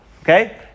okay